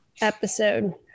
episode